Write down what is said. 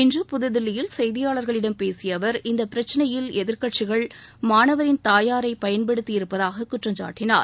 இன்று புதுதில்லியில் செய்தியாளர்களிடம் பேசிய அவர் இந்த பிரச்சினையில் எதிர்க்கட்சிகள் மாணவரின் தாயாரை பயன்படுத்தியிருப்பதாக குற்றம் சாட்டினார்